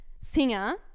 singer